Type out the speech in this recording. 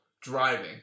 driving